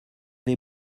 les